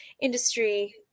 industry